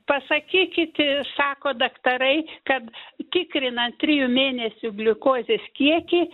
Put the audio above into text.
pasakykit sako daktarai kad tikrinant trijų mėnesių gliukozės kiekį